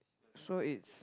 so it's